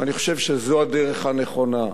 ואני חושב שזאת הדרך הנכונה: